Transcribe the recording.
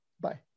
Bye